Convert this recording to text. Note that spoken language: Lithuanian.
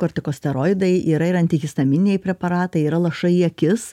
kortikosteroidai yra ir antihistamininiai preparatai yra lašai į akis